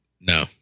No